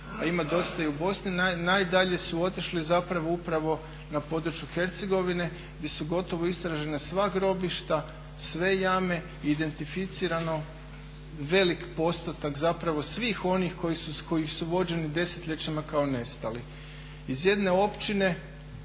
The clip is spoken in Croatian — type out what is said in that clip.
a ima dosta i u Bosni. Najdalje su otišli upravo na području Hercegovine gdje su gotovo istražena sva grobišta, sve jame i identificirano velik postotak svih onih koji su vođeni desetljećima kao nestali. Iz jedne općine